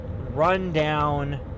rundown